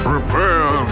Prepare